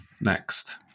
next